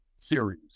series